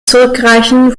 zurückreichen